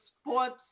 sports